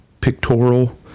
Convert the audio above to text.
pictorial